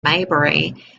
maybury